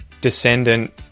descendant